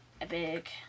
Epic